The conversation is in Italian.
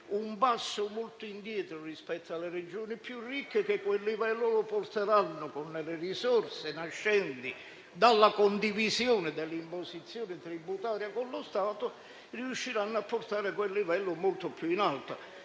un passo indietro rispetto alle Regioni più ricche che, con le risorse nascenti dalla condivisione dell'imposizione tributaria con lo Stato, riusciranno a portare quel livello molto più in alto.